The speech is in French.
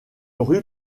rue